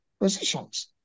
positions